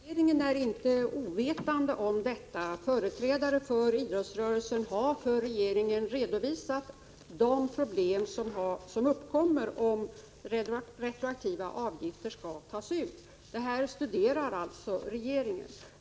Herr talman! Regeringen är inte ovetande om detta. Företrädare för idrottsrörelsen har för regeringen redovisat de problem som uppkommer om retroaktiva avgifter skall tas ut. Denna fråga studeras alltså inom regeringen.